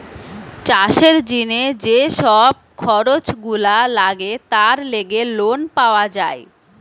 চাষের জিনে যে সব খরচ গুলা লাগে তার লেগে লোন পাওয়া যায়